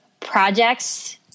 projects